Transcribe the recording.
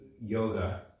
yoga